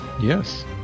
Yes